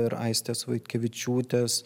ir aistės vaitkevičiūtės